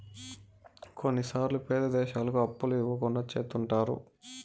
కొన్నిసార్లు పేద దేశాలకు అప్పులు ఇవ్వకుండా చెత్తుంటారు